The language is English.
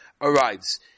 arrives